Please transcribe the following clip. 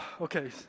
Okay